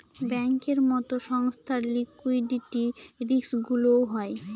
ব্যাঙ্কের মতো সংস্থার লিকুইডিটি রিস্কগুলোও হয়